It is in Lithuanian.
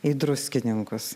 į druskininkus